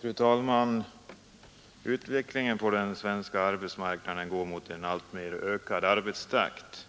Fru talman! Utvecklingen på den svenska arbetsmarknaden går mot en alltmer ökad arbetstakt.